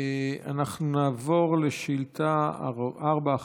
אנחנו נעבור לשאילתה מס' 411,